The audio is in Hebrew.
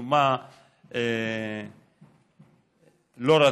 ומשום מה הם לא רצו,